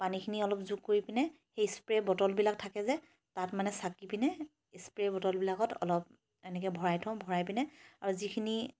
পানীখিনি অলপ যোগ কৰি পিনে সেই স্প্ৰে বটলবিলাক থাকে যে তাত মানে চাকি পিনে স্প্ৰে বটলবিলাকত অলপ এনেকে ভৰাই থওঁ ভৰাই পিনে আৰু যিখিনি